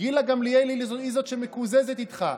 גילה גמליאל היא זאת שמקוזזת איתך.